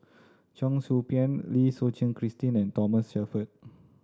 Cheong Soo Pieng Lim Suchen Christine and Thomas Shelford